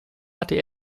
hatte